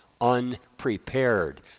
unprepared